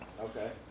Okay